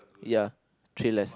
ya Thrillers